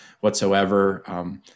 whatsoever